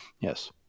yes